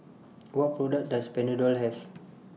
What products Does Panadol Have